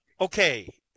Okay